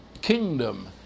kingdom